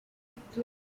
guhagarara